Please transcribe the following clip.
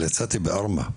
אבל יצאתי ב- 04:00,